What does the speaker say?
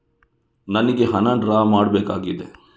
ನನಿಗೆ ಹಣ ಡ್ರಾ ಮಾಡ್ಬೇಕಾಗಿದೆ